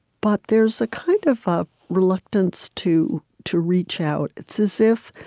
but there's a kind of ah reluctance to to reach out. it's as if,